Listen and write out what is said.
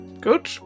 Good